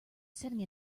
setting